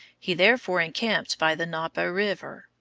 he therefore encamped by the napo river,